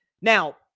Now